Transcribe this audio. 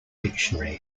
dictionary